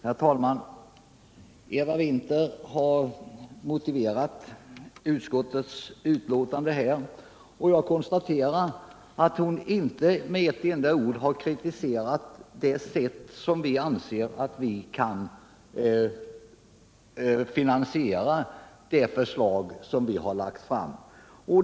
Herr talman! Eva Winther har motiverat utskottets betänkande, men jag konstaterar att hon inte med ett enda ord har kritiserat det sätt varpå vi anser att vi kan finansiera det förslag som vi har lagt fram.